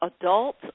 adult